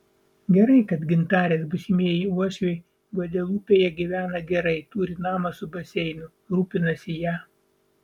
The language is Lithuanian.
gerai kad gintarės būsimieji uošviai gvadelupėje gyvena gerai turi namą su baseinu rūpinasi ja